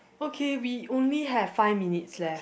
okay we only have five minutes left